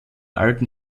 alten